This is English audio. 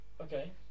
Okay